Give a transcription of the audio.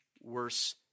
worse